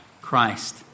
Christ